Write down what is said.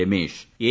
Ramesh A